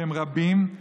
שהם רבים,